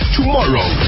tomorrow